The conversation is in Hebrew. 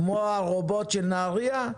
כמו הרובוט של נהריה?